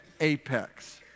apex